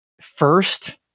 first